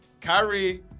Kyrie